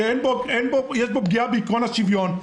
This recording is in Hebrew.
שיש בו פגיעה בעיקרון השוויון,